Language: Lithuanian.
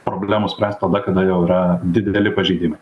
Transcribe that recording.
problemų spręst tada kada jau yra dideli pažeidimai